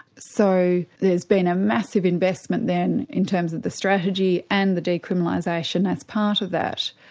so there's been a massive investment then in terms of the strategy and the decriminalisation as part of that.